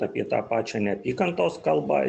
apie tą pačią neapykantos kalbą